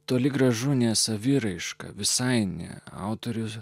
toli gražu ne saviraiška visai ne autorius